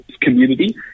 community